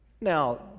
Now